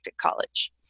College